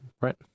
Right